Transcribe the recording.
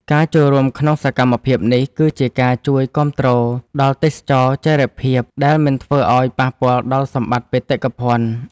ការចូលរួមក្នុងសកម្មភាពនេះ គឺជាការជួយគាំទ្រដល់ទេសចរណ៍ចីរភាពដែលមិនធ្វើឱ្យប៉ះពាល់ដល់សម្បត្តិបេតិកភណ្ឌ។